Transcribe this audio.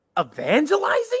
evangelizing